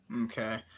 Okay